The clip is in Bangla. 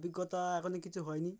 অভিজ্ঞতা এখনই কিছু হয়নি